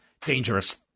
dangerous